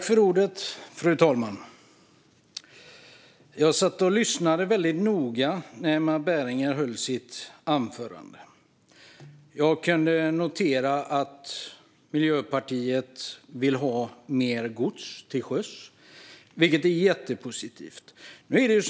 Fru talman! Jag lyssnade noga på Emma Bergingers anförande. Jag noterade att Miljöpartiet vill ha mer gods till sjöss, vilket är jättepositivt.